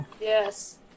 Yes